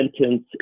sentence